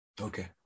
Okay